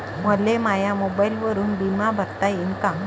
मले माया मोबाईलवरून बिमा भरता येईन का?